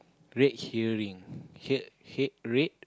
red hearing hit hit red